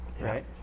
Right